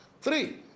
Three